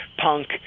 punk